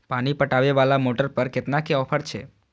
पानी पटवेवाला मोटर पर केतना के ऑफर छे?